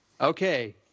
Okay